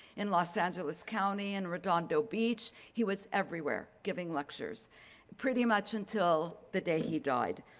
in los angeles county, in redondo beach. he was everywhere giving lectures pretty much until the day he died.